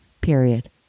period